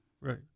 right